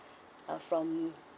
uh from